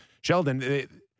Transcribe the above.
Sheldon